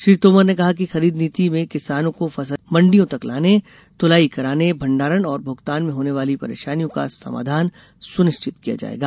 श्री तोमर ने कहा कि खरीद नीति में किसानों को फसल मंडियों तक लाने तुलाई कराने भंडारण और भुगतान में होने वाली परेशानियों का समाधान सुनिश्चित किया जायेगा